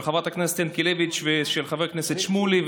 של חברת הכנסת ינקלביץ' ושל חבר הכנסת שמולי.